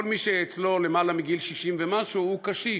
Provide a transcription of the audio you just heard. אצלו כל מי שהוא למעלה מגיל 60 ומשהו הוא קשיש,